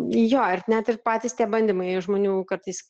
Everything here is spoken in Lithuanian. jo ir net ir patys tie bandymai žmonių kartais